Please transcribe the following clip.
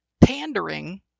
pandering